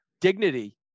Dignity